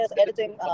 editing